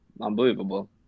unbelievable